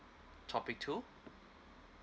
topic two